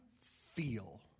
feel